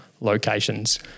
locations